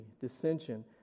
dissension